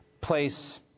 place